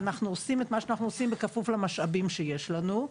אנחנו עושים את מה שאנחנו עושים בכפוף למשאבים שיש לנו.